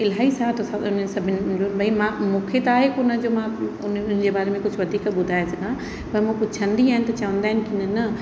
इलाही साथ सभु इन सभिनि जो भई मां मूंखे त आहे कोन्ह जो मां उन्हनि जे बारे कुझु वधीक ॿुधाए सघां पर मूं पुछंदी आहिनि त चवंदा आहिनि की न न